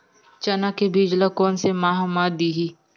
चना के बीज ल कोन से माह म दीही?